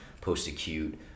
post-acute